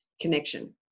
connection